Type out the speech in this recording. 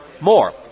more